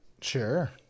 Sure